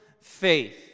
faith